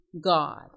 God